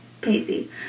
Pacey